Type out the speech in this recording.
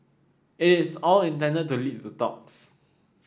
it is all intended to lead to talks